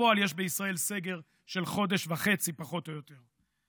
בפועל יש בישראל סגר של חודש וחצי, פחות או יותר.